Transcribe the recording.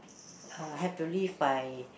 uh have to live by